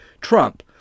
Trump